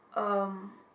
um